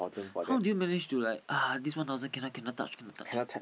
how do you manage to like uh this one thousands cannot cannot touch cannot touch